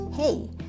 Hey